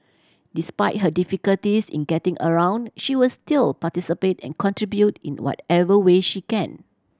despite her difficulties in getting around she will still participate and contribute in whatever way she can